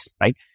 right